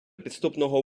підступного